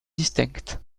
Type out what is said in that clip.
distincte